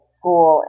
school